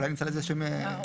אולי נמצא לזה שם בעברית.